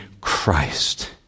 Christ